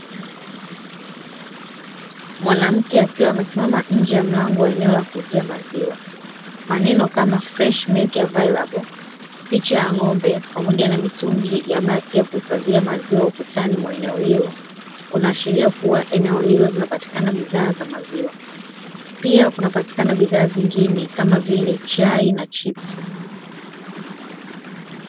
Mwanamke akiwa amesimama nje ya mlango wa eneo la kuuzia maziwa, FRESH MILKAVILABLE" picha ya ng'ombe pamoja na mitungi ya bati ya kuhifadhia maziwa ukutani mwa eneo hilo kunaashiria kuwa eneo hilo zinapatikana bidhaa za maziwa, pia kunapatikana bidhaa zingine kama vile chai na chipsi.